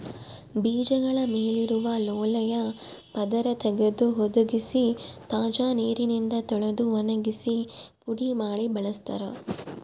ಬೀಜಗಳ ಮೇಲಿರುವ ಲೋಳೆಯ ಪದರ ತೆಗೆದು ಹುದುಗಿಸಿ ತಾಜಾ ನೀರಿನಿಂದ ತೊಳೆದು ಒಣಗಿಸಿ ಪುಡಿ ಮಾಡಿ ಬಳಸ್ತಾರ